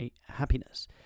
Happiness